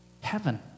Heaven